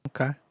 Okay